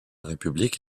république